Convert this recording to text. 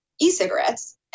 e-cigarettes